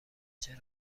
چرا